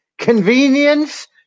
Convenience